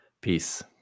Peace